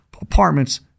apartments